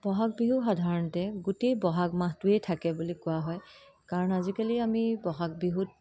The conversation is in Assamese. বহাগ বিহুটো সাধাৰণতে গোটেই বহাগ মাহটোৱে থাকে বুলি কোৱা হয় কাৰণ আজিকালি আমি বহাগ বিহুত